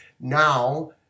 now